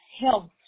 health